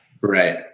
Right